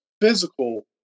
physical